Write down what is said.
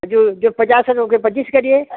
जो जो पचास लोगे पच्चीस करिए